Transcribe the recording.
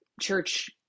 church